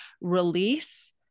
release